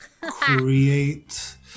create